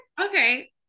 okay